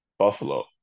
Buffalo